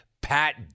Pat